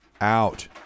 out